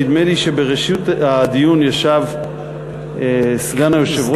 נדמה לי שבראשות הדיון ישב סגן היושב-ראש וקנין,